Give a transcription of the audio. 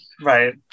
right